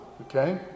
okay